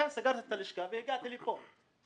לכן סגרתי את הלשכה והגעתי לכאן.